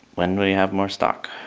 when will you have more stock?